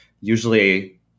usually